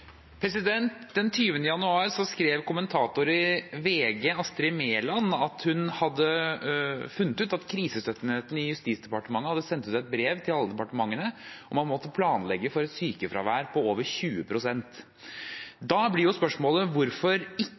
skrev kommentator i VG, Astrid Meland, at hun hadde funnet ut at krisestøtteenheten i Justisdepartementet hadde sendt ut et brev til alle departementene om at man måtte planlegge for et sykefravær på over 20 pst. Da blir spørsmålet hvorfor regjeringen ikke